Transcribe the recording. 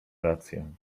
rację